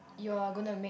you are gonna make